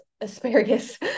asparagus